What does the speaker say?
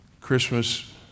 Christmas